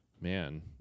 man